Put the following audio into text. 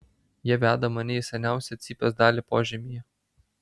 jie veda mane į seniausią cypės dalį požemyje